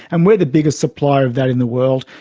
and we are the biggest supplier of that in the world,